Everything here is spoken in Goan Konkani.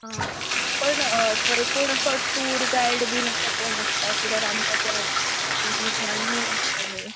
आं पूण थंय असो कोण टूर गायड बी असो कोण आसता कित्याक आमकां ते